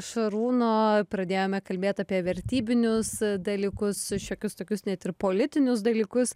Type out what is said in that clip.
šarūno pradėjome kalbėt apie vertybinius dalykus šiokius tokius net ir politinius dalykus